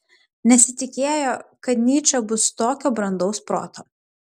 nesitikėjo kad nyčė bus tokio brandaus proto